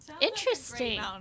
interesting